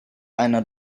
einer